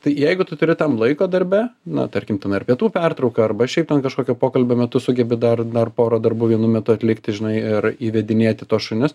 tai jeigu tu turi tam laiko darbe na tarkim ten ar pietų pertrauka arba šiaip ten kažkokio pokalbio metu sugebi dar dar porą darbų vienu metu atlikti žinai ir įvedinėti tuos šunis